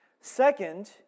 Second